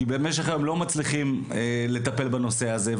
כי במשך היום לא מצליחים לטפל בנושא הזה.